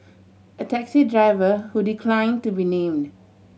a taxi driver who decline to be named